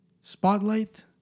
spotlight